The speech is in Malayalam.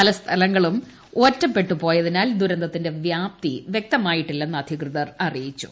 പല സ്ഥലങ്ങളും ഒറ്റപ്പെട്ടുപോയതിനാൽ ദുരന്തത്തിന്റെ വ്യാപ്തി വൃക്തമായിട്ടില്ലെന്ന് അധികൃതർ അറിയിച്ചു